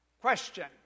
Question